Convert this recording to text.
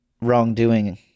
wrongdoing